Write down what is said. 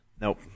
nope